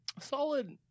Solid